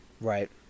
Right